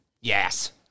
Yes